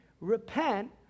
repent